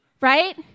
right